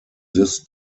this